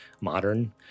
modern